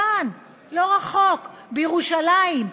כאן, לא רחוק, בירושלים.